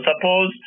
suppose